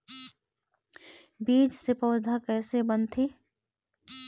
बीज से पौधा कैसे बनथे?